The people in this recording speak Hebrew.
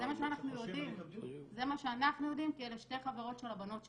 --- אז זה מה שאנחנו יודעים כי אלה שתי חברות של הבנות שלי,